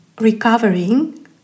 recovering